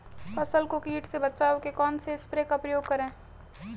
फसल को कीट से बचाव के कौनसे स्प्रे का प्रयोग करें?